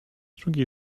drugiej